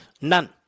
None